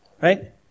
Right